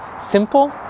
simple